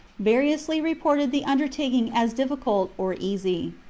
variously reported the undertaking as difficult or easy.